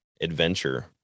adventure